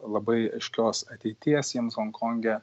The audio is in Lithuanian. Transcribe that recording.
labai aiškios ateities jiems honkonge